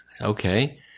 Okay